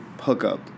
hookup